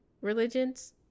religions